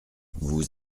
vous